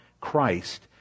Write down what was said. Christ